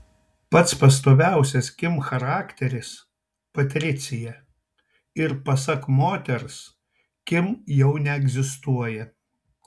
pats pastoviausias kim charakteris patricija ir pasak moters kim jau neegzistuoja